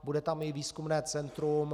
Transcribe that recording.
Bude tam i výzkumné centrum.